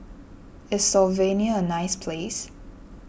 is Slovenia a nice place